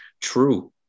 True